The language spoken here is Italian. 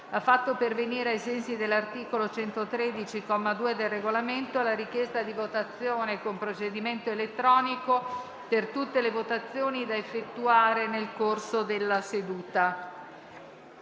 ha fatto pervenire, ai sensi dell'articolo 113, comma 2, del Regolamento, la richiesta di votazione con procedimento elettronico per tutte le votazioni da effettuare nel corso della seduta.